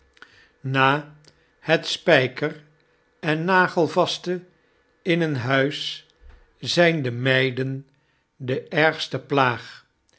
na het spyker en nagelvaste in een huis zyn de meiden de ergste plaag